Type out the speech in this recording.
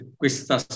questa